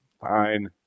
fine